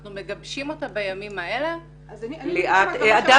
אנחנו מגבשים אותה בימים האלה --- אז אני רוצה --- הדס,